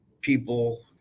people